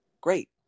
great